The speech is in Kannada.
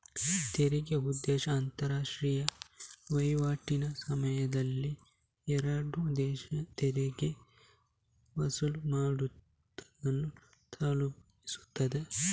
ತೆರಿಗೆಯ ಉದ್ದೇಶ ಅಂತಾರಾಷ್ಟ್ರೀಯ ವೈವಾಟಿನ ಸಮಯದಲ್ಲಿ ಎರಡು ದೇಶ ತೆರಿಗೆ ವಸೂಲು ಮಾಡುದನ್ನ ತಪ್ಪಿಸುದು